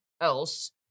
else